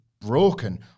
broken